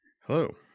Hello